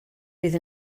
bydd